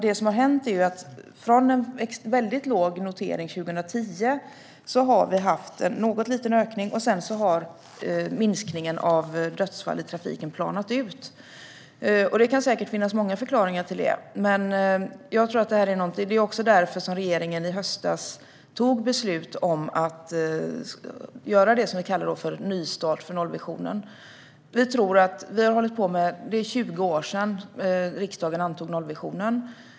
Det som har hänt är att vi från en väldigt låg notering 2010 har haft en liten ökning; sedan har minskningen av dödsfall i trafiken planat ut. Det kan säkert finnas många förklaringar till detta. Därför tog regeringen beslut i höstas om att göra en så kallad nystart för nollvisionen. Det är 20 år sedan riksdagen antog nollvisionen.